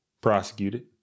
prosecuted